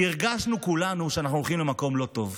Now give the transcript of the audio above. כי הרגשנו כולנו שאנחנו הולכים למקום לא טוב.